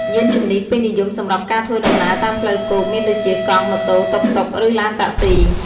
យានជំនិះពេញនិយមសម្រាប់ការធ្វើដំណើរតាមផ្លូវគោកមានដូចជា កង់ ម៉ូតូ តុកតុក ឬ ឡានតាក់សុី។